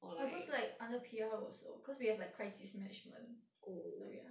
are those like under P_R also cause we have like crisis management so ya